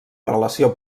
relació